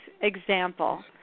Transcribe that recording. example